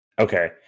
Okay